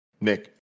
Nick